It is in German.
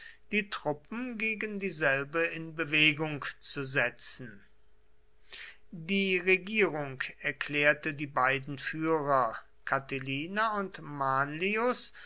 die truppen gegen dieselbe in bewegung zu setzen die regierung erklärte die beiden führer catilina und manlius